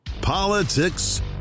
Politics